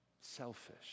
selfish